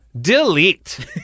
Delete